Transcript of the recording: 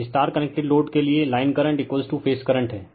एक star connected load के लिए लाइन करंट फेज करंट हैं